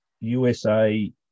USA